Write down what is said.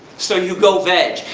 so you go veg.